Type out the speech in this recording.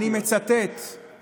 אני מצטט,